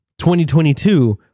2022